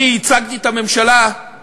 אני ייצגתי לפני חודשיים את הממשלה בכנס